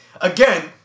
again